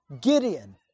Gideon